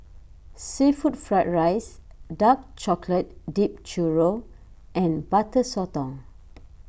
Seafood Fried Rice Dark Chocolate Dipped Churro and Butter Sotong